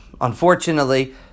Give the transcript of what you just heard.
unfortunately